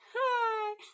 hi